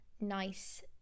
nice